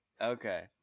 Okay